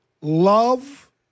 love